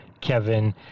Kevin